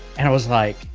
and it was like,